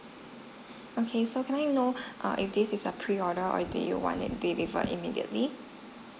okay so can I know err if this is a pre order or do you want it be delivered immediately